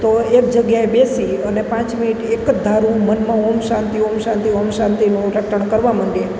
તો એક જગ્યાએ બેસી અને પાંચ મિનિટ એક જ ધાર્યું મનમાં ઓમ શાંતિ ઓમ શાંતિ ઓમ શાંતિનું રટણ કરવાં માંડીએ